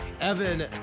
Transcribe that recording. Evan